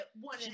one